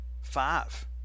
Five